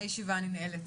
הישיבה נעולה.